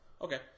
Okay